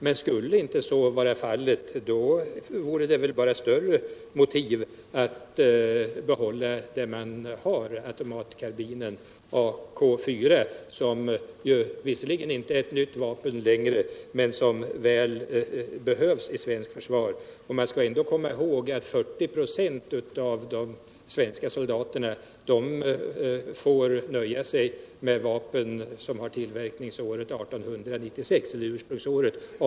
Men skulle inte det bli fallet, finns det väl större motiv för att behålla det man redan har, Ak 4,som visserligen inte längre är ett nytt vapen men som behövs i det svenska försvaret. Man skall ändå komma ihåg att 40 ?ö av de svenska soldaterna får nöja sig med vapen som har 1896 som ursprungsår.